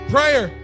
Prayer